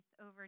over